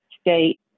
state